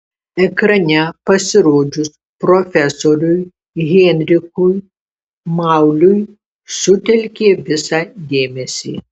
ekrane pasirodžius profesoriui heinrichui mauliui sutelkė visą dėmesį